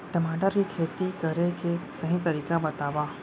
टमाटर की खेती करे के सही तरीका बतावा?